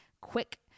quick